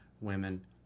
women